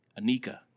Anika